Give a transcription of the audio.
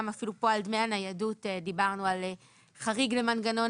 גם על דמי הניידות דיברנו על חריג למנגנון